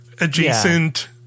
adjacent